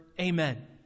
Amen